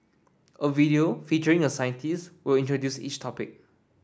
a video featuring a scientist will introduce each topic